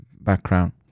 background